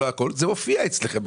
זה מופיע אצלכם.